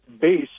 base